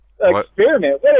Experiment